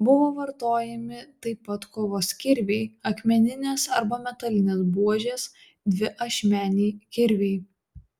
buvo vartojami taip pat kovos kirviai akmeninės arba metalinės buožės dviašmeniai kirviai